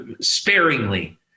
sparingly